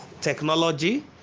technology